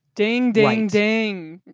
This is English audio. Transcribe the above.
ding, ding, ding.